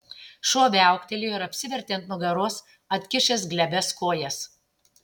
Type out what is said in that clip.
šuo viauktelėjo ir apsivertė ant nugaros atkišęs glebias kojas